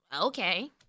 okay